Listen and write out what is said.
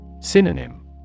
Synonym